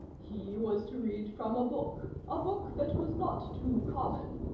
he was to read from a book a book that was not too common.